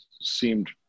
seemed